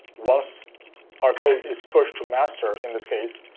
once our code is pushed to master in this case,